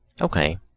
okay